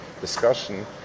discussion